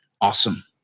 awesome